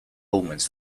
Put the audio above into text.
omens